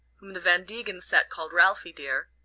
whom the van degen set called ralphie, dear,